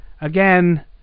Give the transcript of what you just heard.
again